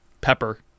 Pepper